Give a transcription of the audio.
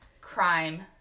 crime